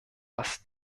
was